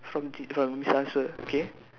from t~ from his answer okay